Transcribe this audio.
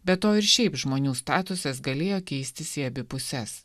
be to ir šiaip žmonių statusas galėjo keistis į abi puses